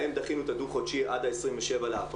להם דחינו את הדו-חודשי עד ה-27 לאפריל.